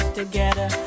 together